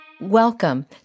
Welcome